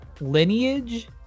lineage